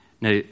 Now